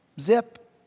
Zip